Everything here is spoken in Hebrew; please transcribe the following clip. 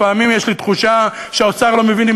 לפעמים יש לי תחושה שהאוצר לא מבין אם